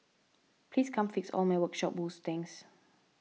please come fix all my workshop woes thanks